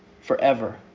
forever